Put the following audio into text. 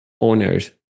owners